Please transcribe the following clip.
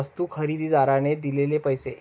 वस्तू खरेदीदाराने दिलेले पैसे